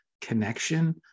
connection